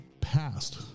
past